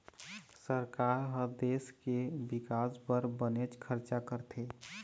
सरकार ह देश के बिकास बर बनेच खरचा करथे